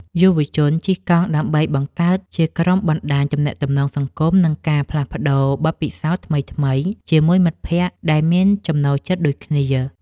យុវជនជិះកង់ដើម្បីបង្កើតជាក្រុមបណ្ដាញទំនាក់ទំនងសង្គម និងការផ្លាស់ប្តូរបទពិសោធន៍ថ្មីៗជាមួយមិត្តភក្តិដែលមានចំណូលចិត្តដូចគ្នា។